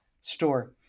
store